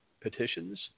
petitions